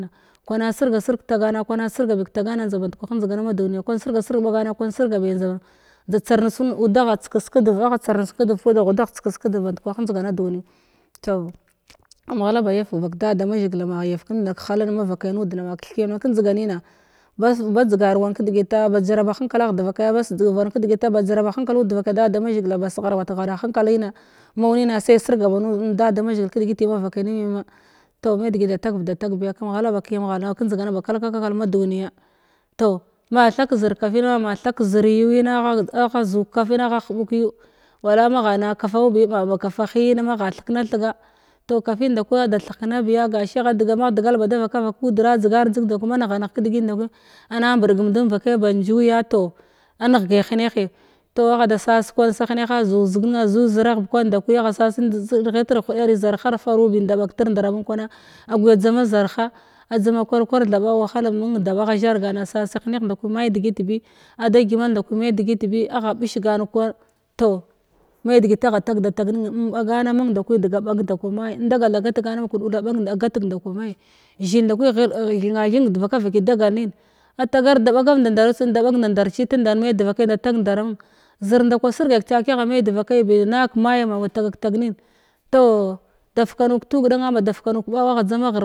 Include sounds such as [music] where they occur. Kwana sirga zi sirg katagana kwana sirga bi njada band kwah njdiga ma duniya njda tsakas kadev agha tsakas kadev njda band kwah ba yafga vak da da mazhigil ma yaf kamnd kahalin mavakai nuden ma keth kiyam na kanjdiga nima bat badzgar wan kadegita ba jataba henkalagh devakaya ba saduv wan kadagita devakai da da mazhigila [unintelligible] mau nina sai siraga ba en-n da da mazhugil kadegiti mamb vakai nim yama toh me degi da yama toh degi da tagavda tag biya kam ghalaba kiyam ghala kanjdigan ba kulkja kala ma duniya toh ma thak zir kafina ma thak zir yuwi na agha zu kafina agha hubu kayu wa;a magha na kafau bi ma ba kafa hiyin magha thekna thiga toh kafin ndaku theh kana biya ga shi adaa magha degal ba da vaka vakudra a dzigar dzig ndaku ma negha negh kadegit nda ku ana mbudgam damvakai band njuya toh aneghge henehi toh agha da sas kwan sa heneha zuziga zui ziragh bi kwan ndakwi agha sasen reghit reghug hudari zarhar faru bi mda bag tr ndar a munn kwana aguya dzaman zarha adza kwar kwar thaba wahalen mung thaba agha zharagan sasa heneh nda kwi ma’i degit bi ada gyimal nda ku ma’i degit ba agha bish gan kwan toh me degit agha tag da dag nem’i bagana mung nda kwi dega bag nda kwama;i indagal da gar gana mung kadula gatag nda kwa ma’i zhil nda kwi ghil thenathenf devakavaki dagal nmatagr da bagav ndadar tsum inda bag ndadarci tenda in me devakai da tag ndara munn zir nda ku sirgai kata kiya agha medevakai bi naag kama’i ma matahale tag nin toh da fukamu katag danna ma daf kanu kabawa agha dzama ghr